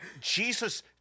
Jesus